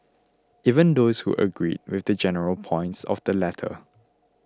even those who agreed with the general points of the letter